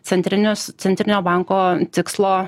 centrinius centrinio banko tikslo